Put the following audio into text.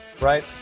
right